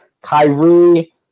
Kyrie